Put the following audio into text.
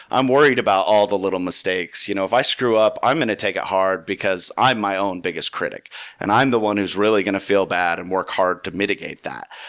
i'm worried about the little mistakes. you know if i screw up, i'm going to take it hard, because i'm my own biggest critique and i'm the one who's really going to feel bad and work hard to mitigate that.